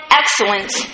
excellence